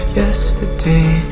yesterday